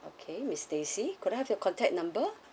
okay miss stacey could I have your contact number